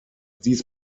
dies